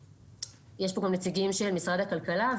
יש פה גם נציגים של משרד הכלכלה,